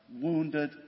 wounded